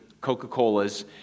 Coca-Colas